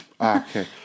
okay